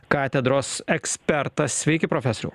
katedros ekspertas sveiki profesoriau